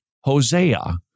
Hosea